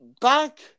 back